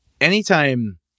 Anytime